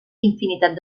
infinitat